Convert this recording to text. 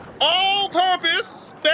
All-purpose